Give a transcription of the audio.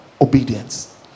Obedience